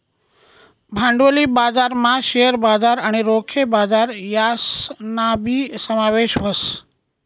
भांडवली बजारमा शेअर बजार आणि रोखे बजार यासनाबी समावेश व्हस